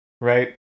right